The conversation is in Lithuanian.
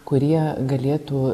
kurie galėtų